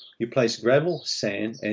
you place gravel, sand, and